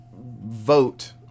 vote